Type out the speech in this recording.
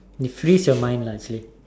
you freeze your mind lah actually